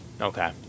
Okay